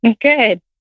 Good